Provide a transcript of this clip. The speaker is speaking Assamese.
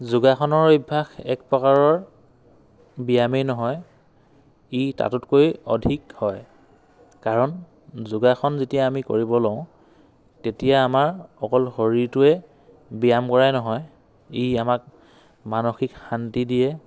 যোগাসনৰ অভ্যাস এক প্ৰকাৰৰ ব্যায়ামেই নহয় ই তাতোতকৈ অধিক হয় কাৰণ যোগাসন যেতিয়া আমি কৰিব লওঁ তেতিয়া আমাৰ অকল শৰীৰটোৰেই ব্যায়াম কৰাই নহয় ই আমাক মানসিক শান্তি দিয়ে